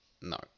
No